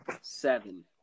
seven